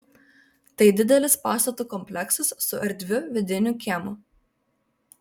tai didelis pastatų kompleksas su erdviu vidiniu kiemu